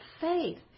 faith